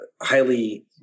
highly